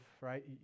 right